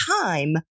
time